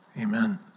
Amen